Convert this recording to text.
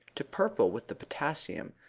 to purple with the potassium,